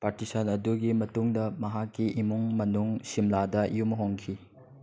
partition ꯑꯗꯨꯒꯤ ꯃꯇꯨꯡꯗ ꯃꯍꯥꯛꯀꯤ ꯏꯃꯨꯡ ꯃꯅꯨꯡ ꯁꯤꯝꯂꯥꯗ ꯌꯨꯝ ꯍꯣꯡꯈꯤ